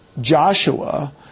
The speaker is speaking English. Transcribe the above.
Joshua